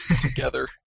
together